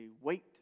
wait